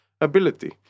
ability